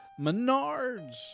Menards